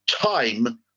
time